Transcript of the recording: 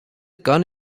gun